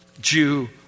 Jew